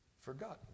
forgotten